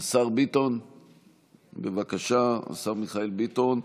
השר ביטון, בבקשה, השר מיכאל ביטון,